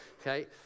okay